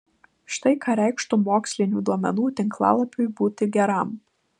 štai ką reikštų mokslinių duomenų tinklalapiui būti geram